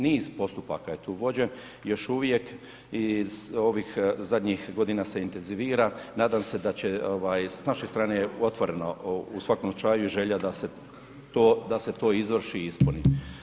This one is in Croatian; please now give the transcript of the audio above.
Niz postupaka je tu vođen, još uvijek iz ovih zadnjih godina se intenzivira nadam se da će ovaj, s naše strane je otvoreno u svakom slučaju i želja da se to izvrši i ispuni.